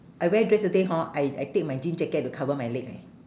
I wear dress that day hor I I take my jean jacket to cover my leg leh